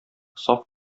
саф